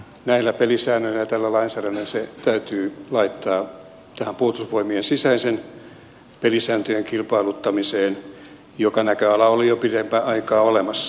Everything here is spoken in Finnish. näillä pelisäännöillä ja tällä lainsäädännöllä se täytyy laittaa tähän puolustusvoimien sisäiseen pelisääntöjen kilpailuttamiseen joka näköala oli jo pidemmän aikaa olemassa